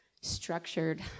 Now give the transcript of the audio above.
structured